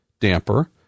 damper